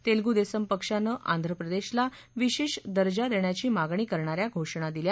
तेलगू देसम पक्षाने आंध्रप्रदेशला विशेष दर्जा देण्याची मागणी करणा या घोषणा दिल्या